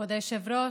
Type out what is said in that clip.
כבוד היושב-ראש,